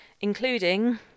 including